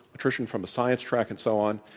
attrition from a science track and so on,